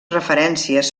referències